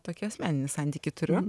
tokį asmeninį santykį turiu